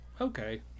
Okay